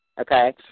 okay